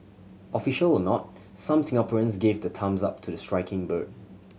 official or not some Singaporeans gave the thumbs up to the striking bird